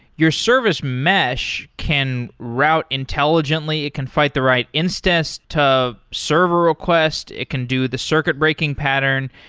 your service mesh can route intelligently. it can fight the right instance to server request. it can do the circuit breaking pattern.